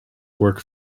work